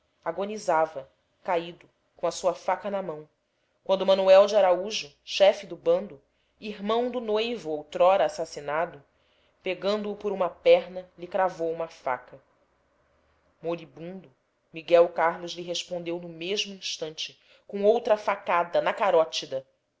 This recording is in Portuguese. agonizava caído com a sua faca na mão quando manuel de araújo chefe do bando irmão do noivo outrora assassinado pegando o por uma perna lhe cravou uma faca moribundo miguel carlos lhe respondeu no mesmo instante com outra facada na carótida